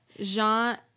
Jean